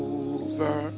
over